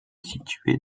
situé